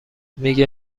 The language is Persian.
میگه